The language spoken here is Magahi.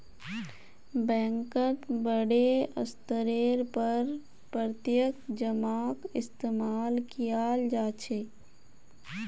बैंकत बडे स्तरेर पर प्रत्यक्ष जमाक इस्तेमाल कियाल जा छे